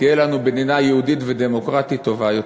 תהיה לנו מדינה יהודית ודמוקרטית טובה יותר.